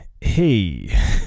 hey